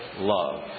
love